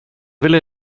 ville